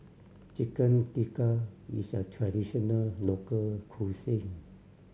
Chicken Tikka is a traditional local cuisine